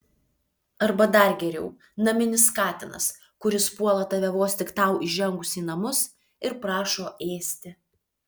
arba dar geriau naminis katinas kuris puola tave vos tik tau įžengus į namus ir prašo ėsti